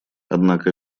однако